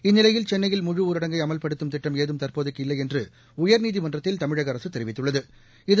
இந்நிலையில் சென்னையில் முழு ஊரடங்கை அமல்படுத்தும் திட்டம் ஏதும் தற்போதைக்கு இல்லைஎன்றுஉயர்நீதிமன்றத்தில் தமிழகஅரசுதெரிவித்துள்ளது